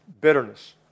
bitterness